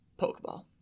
Pokeball